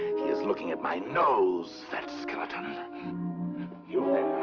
he is looking at my nose! that skeleton. ah you